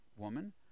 Woman